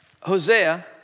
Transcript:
Hosea